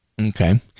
Okay